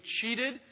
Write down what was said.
cheated